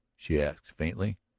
she asked faintly.